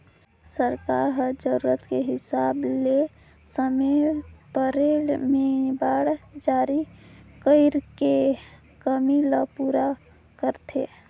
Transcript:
सरकार ह जरूरत के हिसाब ले समे परे में बांड जारी कइर के कमी ल पूरा करथे